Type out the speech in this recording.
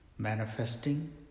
Manifesting